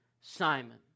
Simon